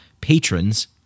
patrons